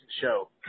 show